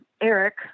Eric